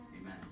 amen